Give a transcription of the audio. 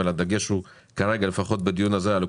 אבל הדגש הוא כרגע לפחות בדיון הזה על אוקראינה.